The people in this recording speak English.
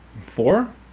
four